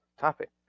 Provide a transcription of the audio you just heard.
topic